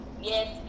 yes